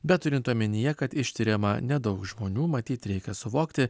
bet turint omenyje kad ištiriama nedaug žmonių matyt reikia suvokti